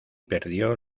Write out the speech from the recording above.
perdió